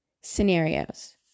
scenarios